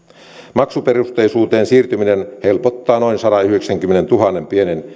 maksuperusteisuuteen siirtyminen helpottaa noin sadanyhdeksänkymmenentuhannen